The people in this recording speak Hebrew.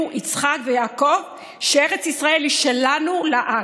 יצחק ויעקב שארץ ישראל היא שלנו לעד.